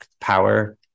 power